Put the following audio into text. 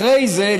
אחרי זה,